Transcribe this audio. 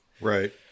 Right